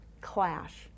clash